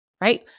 right